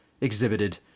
exhibited